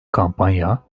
kampanya